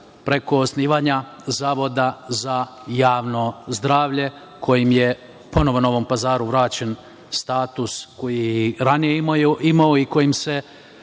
preko osnivanja Zavoda za javno zdravlje, kojim je ponovo Novom Pazaru vraćen status koji je i ranije imao i kojim se